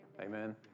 Amen